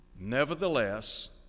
Nevertheless